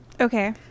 Okay